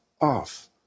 off